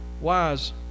wise